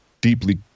deeply